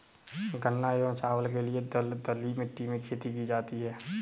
गन्ना एवं चावल के लिए दलदली मिट्टी में खेती की जाती है